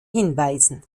hinweisen